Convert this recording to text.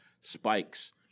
spikes